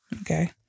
Okay